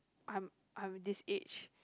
I'm I'm this age